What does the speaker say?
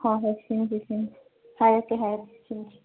ꯍꯣꯏ ꯍꯣꯏ ꯁꯤꯟꯁꯤ ꯁꯤꯟꯁꯤ ꯍꯥꯏꯔꯛꯀꯦ ꯍꯥꯏꯔꯛꯀꯦ ꯁꯤꯟꯁꯤ